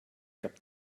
cap